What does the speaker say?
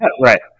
Right